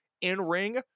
in-ring